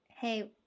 hey